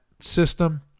system